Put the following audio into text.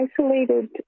isolated